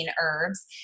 herbs